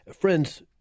Friends